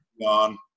on